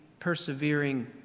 Persevering